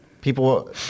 people